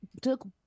took